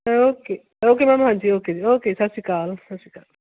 okay okay ma'am ਹਾਂਜੀ okay ਜੀ okay ਸਤਿ ਸ਼੍ਰੀ ਅਕਾਲ ਸਤਿ ਸ਼੍ਰੀ ਅਕਾਲ